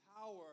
power